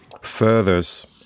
furthers